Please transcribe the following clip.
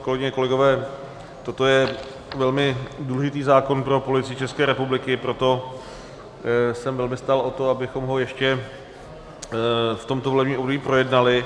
Kolegyně, kolegové, toto je velmi důležitý zákon pro Policii České republiky, proto jsem velmi stál o to, abychom ho ještě v tomto volebním období projednali.